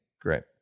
Great